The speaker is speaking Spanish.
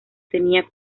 tenía